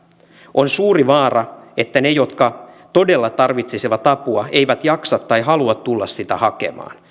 on suuri vaara että ne jotka todella tarvitsisivat apua eivät jaksa tai halua tulla sitä hakemaan